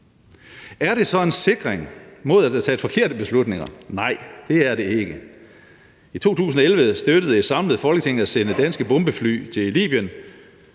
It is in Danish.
Er det så en sikring mod, at der tages forkerte beslutninger? Nej, det er det ikke. I 2011 støttede et samlet Folketing at sende danske bombefly til Libyen,